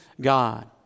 God